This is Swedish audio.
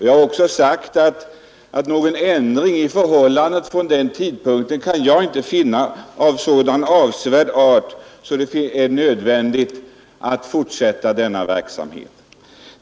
Jag har också sagt att någon ändring i förhållandet från den tidpunkten kan jag inte finna av sådan avsevärd art att det är nödvändigt att fortsätta denna verksamhet.